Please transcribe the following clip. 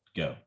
go